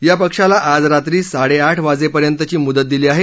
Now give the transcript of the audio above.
या पक्षाला आज रात्री साडे आठ वाजेपर्यंतची मुदत दिली आहे